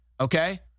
okay